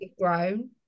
grown